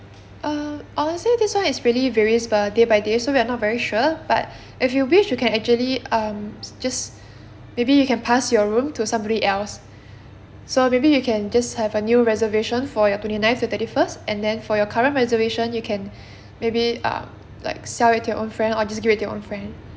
uh I would say this one is really varies per day by day so we're not very sure but if you wish you can actually um just maybe you can pass your room to somebody else so maybe you can just have a new reservation for your twenty nine to thirty first and then for your current reservation you can maybe uh like sell it to your own friend or just give it to your own friend